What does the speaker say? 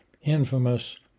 infamous